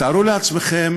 תארו לעצמכם